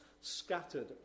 scattered